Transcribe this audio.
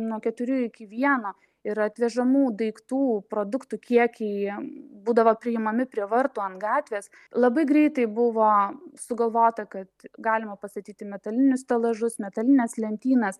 nuo keturių iki vieno ir atvežamų daiktų produktų kiekiai būdavo priimami prie vartų ant gatvės labai greitai buvo sugalvota kad galima pastatyti metalinius stelažus metalines lentynas